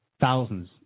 thousands